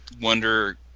wonder